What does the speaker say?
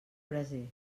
braser